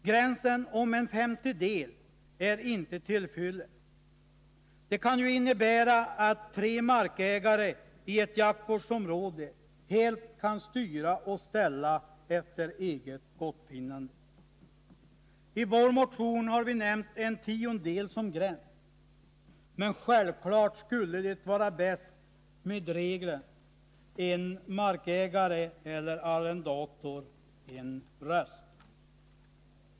Gränsen en femtedel är inte till fyllest — det kan ju innebära att tre markägare i ett jaktvårdsområde helt kan styra och ställa efter eget gottfinnande. I vår motion har vi nämnt en tiondel som gräns, men 211 självfallet skulle det vara bäst med regeln att en markägare eller arrendator har en röst.